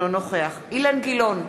אינו נוכח אילן גילאון,